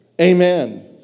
Amen